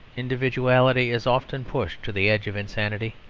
individuality is often pushed to the edge of insanity.